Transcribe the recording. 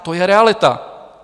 To je realita.